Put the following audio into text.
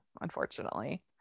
unfortunately